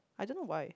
I don't know why